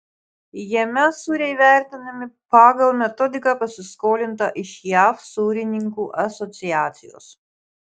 jame sūriai vertinami pagal metodiką pasiskolintą iš jav sūrininkų asociacijos